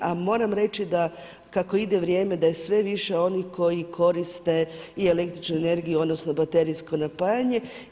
A moram reći kako ide vrijeme da je sve više onih koji koriste i električnu energiju, odnosno baterijsko napajanje.